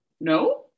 no